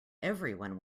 everyone